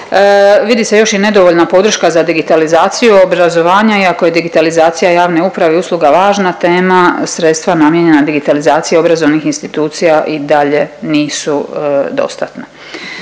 Vidi se još i nedovoljna podrška za digitalizaciju obrazovanja i ako je digitalizacija javne uprave i usluga važna tema sredstva namijenjena digitalizaciji obrazovnih institucija i dalje nisu dostatna.